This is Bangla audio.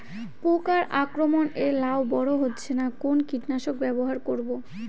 পোকার আক্রমণ এ লাউ বড় হচ্ছে না কোন কীটনাশক ব্যবহার করব?